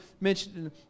mentioned